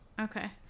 Okay